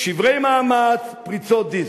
שברי מאמץ, פריצות דיסק.